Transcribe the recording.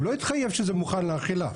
הוא לא התחייב שזה מוכן לאכילה.